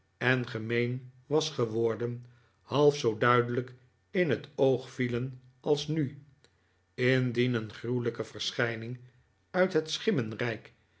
en gemeen was geworden half zoo duidelijk in het oog vielen als nu indien een gruwelijke verschijning uit het